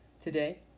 today